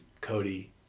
Cody